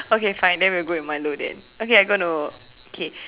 okay fine then we go with Milo then okay I going to okay